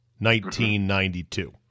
1992